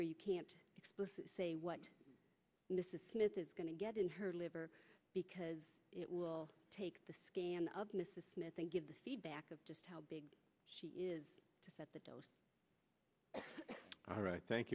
where you can't explicitly say what mrs smith is going to get in her liver because it will take the scale of mrs smith and give the feedback of just how big she is at the dose all right thank